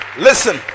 Listen